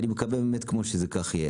ואני מקווה באמת שכך זה יהיה.